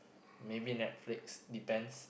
maybe Netflix depends